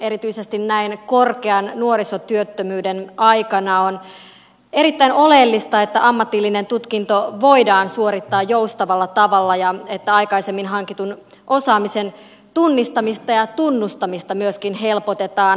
erityisesti näin korkean nuorisotyöttömyyden aikana on erittäin oleellista että ammatillinen tutkinto voidaan suorittaa joustavalla tavalla ja että aikaisemmin hankitun osaamisen tunnistamista ja tunnustamista myöskin helpotetaan